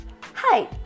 hi